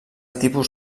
tipus